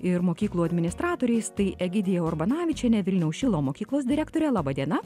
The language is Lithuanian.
ir mokyklų administratoriais tai egidija urbanavičienė vilniaus šilo mokyklos direktorė laba diena